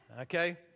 Okay